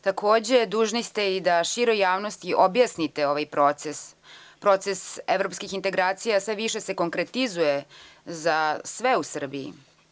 Takođe, dužni ste i da široj javnosti objasnite ovaj proces, proces evropskih integracija više se konkretizuje za sve u Srbiji.